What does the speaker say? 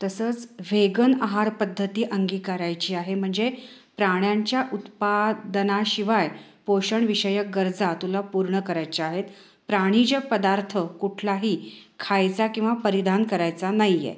तसंच वेगन आहारपद्धती अंगीकारायची आहे म्हणजे प्राण्यांच्या उत्पादनाशिवाय पोषणविषयक गरजा तुला पूर्ण करायच्या आहेत प्राणीजन्य पदार्थ कुठलाही खायचा किंवा परिधान करायचा नाही आहे